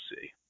see